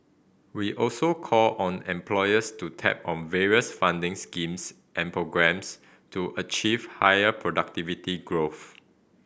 we also call on employers to tap the various funding schemes and programmes to achieve higher productivity growth